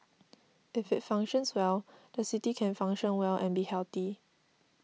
if it functions well the city can function well and be healthy